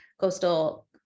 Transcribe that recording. coastal